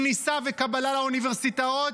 כניסה וקבלה לאוניברסיטאות,